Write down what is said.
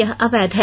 यह अवैध है